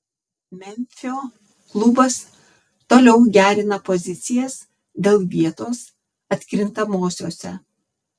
memfio klubas toliau gerina pozicijas dėl vietos atkrintamosiose